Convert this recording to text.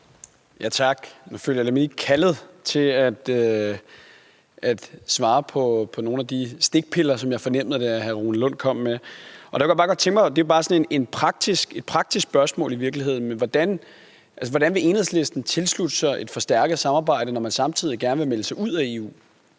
Tak. Nu føler jeg mig lidt kaldet til at svare på nogle af de stikpiller, som jeg fornemmede hr. Rune Lund kom med. Det er bare sådan et praktisk spørgsmål i virkeligheden: Hvordan vil Enhedslisten tilslutte sig et forstærket samarbejde, når man samtidig gerne vil melde sig ud af EU?